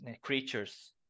creatures